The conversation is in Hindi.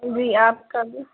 जी आप का भी